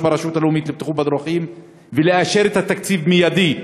ברשות הלאומית לבטיחות בדרכים ולאשר את התקציב מיידית,